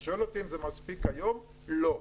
אתה שואל אותי אם זה מספיק היום, לא.